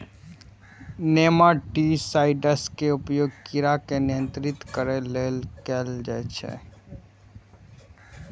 nematicides के उपयोग कीड़ा के नियंत्रित करै लेल कैल जाइ छै